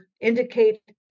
indicate